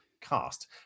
cast